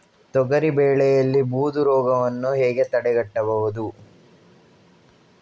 ತೊಗರಿ ಬೆಳೆಯಲ್ಲಿ ಬೂದು ರೋಗವನ್ನು ಹೇಗೆ ತಡೆಗಟ್ಟಬಹುದು?